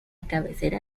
cabecera